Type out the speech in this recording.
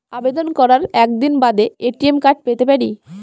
আবেদন করার কতদিন বাদে এ.টি.এম কার্ড পেতে পারি?